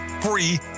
free